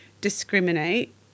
discriminate